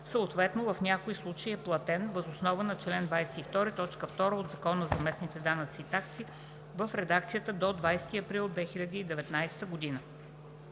съответно в някои случаи е платен въз основа на чл. 22, т. 2 от Закона за местните данъци и такси в редакцията до 20 април 2019 г.